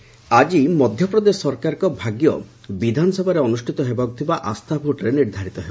MP trust vote ଆକି ମଧ୍ୟପ୍ରଦେଶ ସରକାରଙ୍କ ଭାଗ୍ୟ ବିଧାନସଭାରେ ଅନୁଷ୍ଠିତ ହେବାକୁ ଥିବା ଆସ୍ଥା ଭୋଟ୍ରେ ନିର୍ଦ୍ଧାରିତ ହେବ